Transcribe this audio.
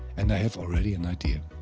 and i have already an idea.